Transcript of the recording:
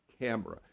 camera